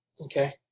Okay